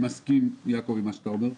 אני מסכים עם מה שאתה אומר,